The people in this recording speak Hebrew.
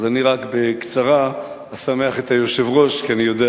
אז אני רק בקצרה אשמח את היושב-ראש, כי אני יודע